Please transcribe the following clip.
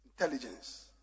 Intelligence